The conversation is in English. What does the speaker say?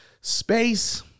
space